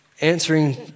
answering